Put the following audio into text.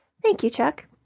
thank you chuck.